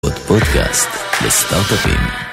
עוד פודקאסט לסטארט-אפים